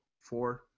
four